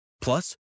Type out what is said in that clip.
Plus